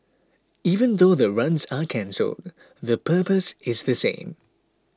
even though the runs are cancelled the purpose is the same